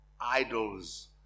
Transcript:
idols